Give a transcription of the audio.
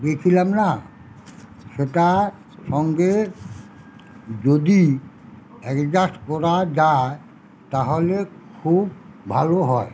দিয়েছিলাম না সেটার সঙ্গে যদি অ্যাডজাস্ট করা যায় তাহলে খুব ভালো হয়